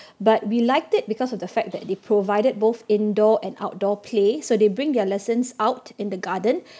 but we liked it because of the fact that they provided both indoor and outdoor play so they bring their lessons out in the garden